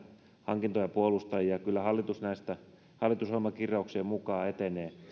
hankintoja puolustan ja kyllä hallitus näissä hallitusohjelmakirjauksien mukaan etenee